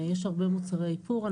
יש הרבה מוצרי איפור.